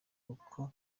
kuko